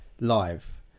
live